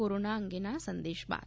corona અંગેના આ સંદેશ બાદ